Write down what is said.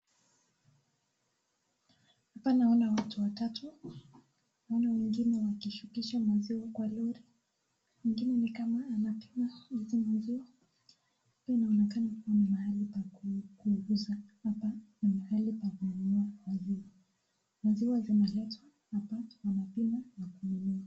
Hapa naona watu watatu. Naona wengine wakishukisha maziwa kwa lori, mwingine ni kama anapima hizi maziwa. Hapa inaonekana ni mahali pa kuuza. Hapa ni mahali pa kununua maziwa. Maziwa zinaletwa hapa wanapima na kununua.